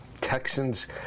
Texans